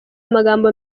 amagambo